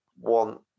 want